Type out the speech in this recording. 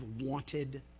wanted